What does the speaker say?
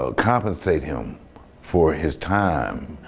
ah compensate him for his time,